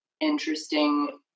interesting